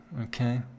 okay